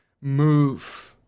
move